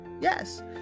Yes